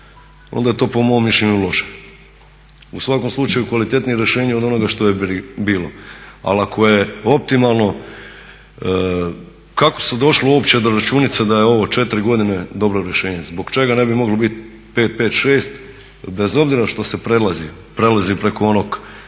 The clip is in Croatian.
onda je to po mom mišljenju loše. U svakom slučaju kvalitetnije rješenje od onoga što je bilo. Ali ako je optimalno kako se došlo uopće do računice da je ovo 4 godine dobro rješenje, zbog čega ne bi moglo bit 5, 5, 6 bez obzira što se prelazi preko onog